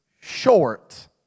short